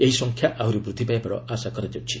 ଏହି ସଂଖ୍ୟା ଆହୁରି ବୃଦ୍ଧି ପାଇବାର ଆଶା କରାଯାଉଛି